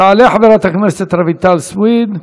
תעלה חברת הכנסת רויטל סויד,